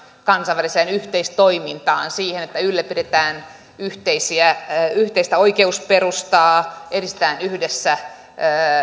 kansainväliseen yhteistoimintaan siihen että ylläpidetään yhteistä oikeusperustaa edistetään yhdessä